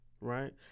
right